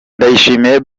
ndayishimiye